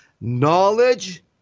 knowledge